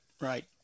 right